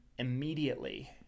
immediately